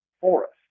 forest